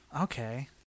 okay